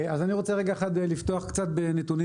(הצגת מצגת) אני רוצה רגע אחד לפתוח קצת בנתונים